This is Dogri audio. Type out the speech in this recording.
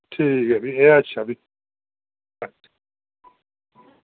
ठीक ऐ फ्ही एह् अच्छा फ्ही अच्छा